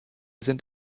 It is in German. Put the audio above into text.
sind